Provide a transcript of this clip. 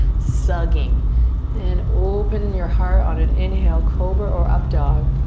sugging and open your heart on an inhale, cobra or up dog